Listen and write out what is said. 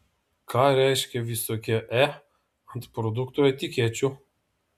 ką reiškia visokie e ant produktų etikečių